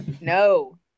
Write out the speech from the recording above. No